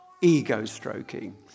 ego-stroking